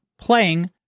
playing